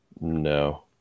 No